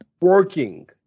working